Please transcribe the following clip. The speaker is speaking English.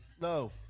No